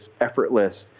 effortless